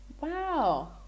Wow